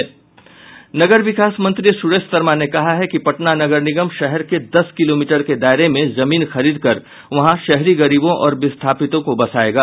नगर विकास मंत्री सुरेश शर्मा ने कहा कि पटना नगर निगम शहर के दस किलोमीटर के दायरे में जमीन खरीद कर वहां शहरी गरीबों और विस्थापितों को बसायेगा